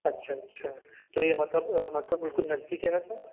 اچھا اچھا تو یہ مطلب مطلب بالکل نزدیک ہے نہ سر